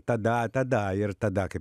tada tada ir tada kaip